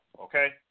okay